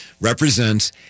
represents